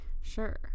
Sure